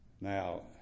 Now